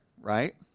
right